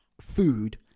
food